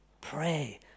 Pray